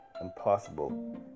impossible